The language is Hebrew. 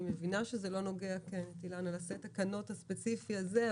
אני מבינה שזה לא נוגע לסט התקנות הספציפי הזה,